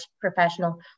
professional